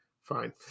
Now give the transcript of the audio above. fine